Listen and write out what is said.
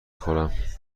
خورم